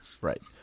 Right